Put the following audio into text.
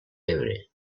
ebre